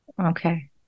Okay